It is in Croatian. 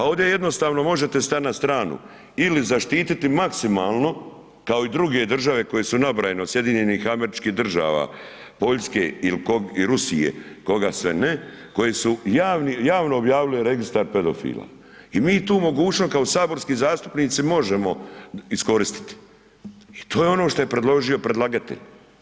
Pa ovdje jednostavno možete stati na stranu ili zaštiti maksimalno kao i druge države koje su nabrojane, od Sjedinjenih Američkih Država, Poljske ili i Rusije, koga sve ne, koje su javno objavile registar pedofila i mi tu mogućnost kao saborski zastupnici možemo iskoristiti i to je ono što je predložio predlagatelj.